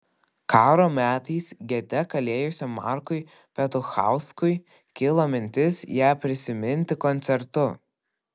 karo metais gete kalėjusiam markui petuchauskui kilo mintis ją prisiminti koncertu